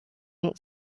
not